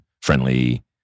friendly